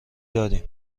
داریم